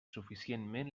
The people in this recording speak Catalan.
suficientment